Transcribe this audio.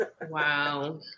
Wow